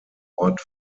wort